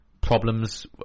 problems